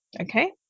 okay